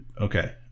Okay